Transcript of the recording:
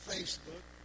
Facebook